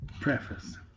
preface